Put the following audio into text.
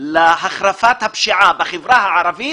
להחרפת הפשיעה בחברה הערבית,